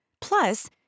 Plus